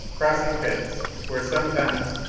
crossing pits where sometimes,